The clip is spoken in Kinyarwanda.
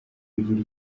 kugira